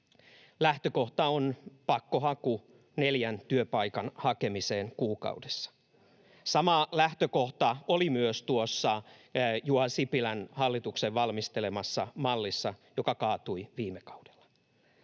Lähtökohta on pakkohaku neljän työpaikan hakemiseen kuukaudessa. Sama lähtökohta oli myös tuossa Juha Sipilän hallituksen valmistelemassa mallissa, joka kaatui viime kaudella.